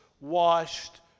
washed